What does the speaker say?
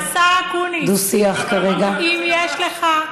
אם יש לך,